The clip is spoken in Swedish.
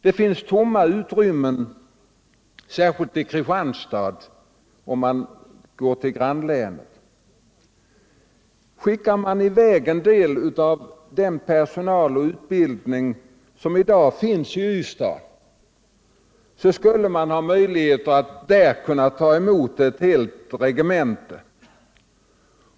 Det finns tomma utrymmen, särskilt i Kristianstad, om man går till grannlänet. Skickar man i väg en del av den personal och flyttar en del av utbildningen som finns i Ystad i dag, skulle man ha möjligheter att där ta emot ett helt regemente.